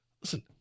listen